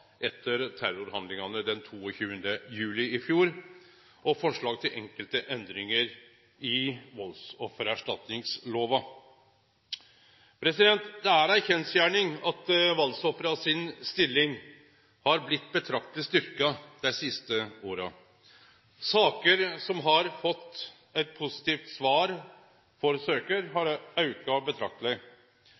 etter terrorhandlingane den 22. juli i fjor, og forslag til enkelte endringar i valdsoffererstatningslova. Det er ei kjensgjerning at stoda for valdsofra har blitt betrakteleg styrkt dei siste åra. Saker som har fått eit positivt svar for søkjar, har auka betrakteleg.